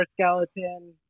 skeleton